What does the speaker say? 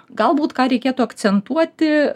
galbūt ką reikėtų akcentuoti